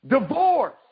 Divorce